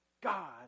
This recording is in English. God